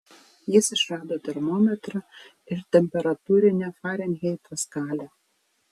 jis išrado termometrą ir temperatūrinę farenheito skalę